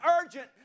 urgent